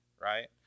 right